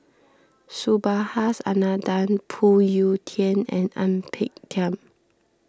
Subhas Anandan Phoon Yew Tien and Ang Peng Tiam